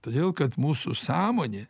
todėl kad mūsų sąmonė